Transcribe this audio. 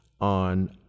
on